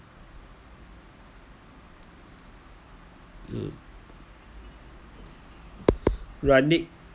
!huh! running